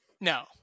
No